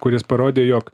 kuris parodė jog